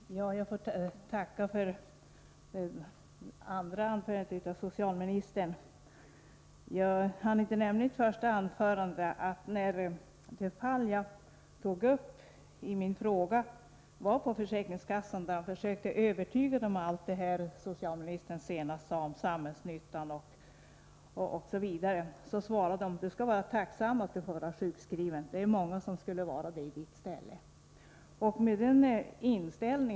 Herr talman! Jag får tacka för detta andra inlägg från socialministern. Jag hann inte i mitt första anförande nämna, när det gällde det fall som jag tog upp i min fråga, att när vederbörande var på försäkringskassan och försökte övertyga om allt detta som socialministern senast sade, om samhällsnyttan osv., svarade man: Du skall vara tacksam för att du får vara sjukskriven — det är många som skulle vara det i ditt ställe.